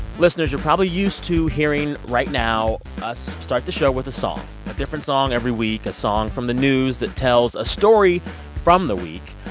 listeners, you're probably used to hearing right now, us start the show with a song a different song every week, a song from the news that tells a story from the week.